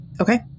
okay